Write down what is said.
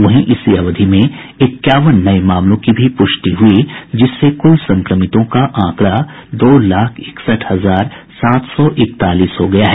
वहीं इसी अवधि में इक्यावन नये मामलों की भी पुष्टि हुई जिससे कुल संक्रमितों का आंकड़ा दो लाख इकसठ हजार सात सौ इकतालीस हो गया है